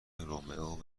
رومئو